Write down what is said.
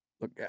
Look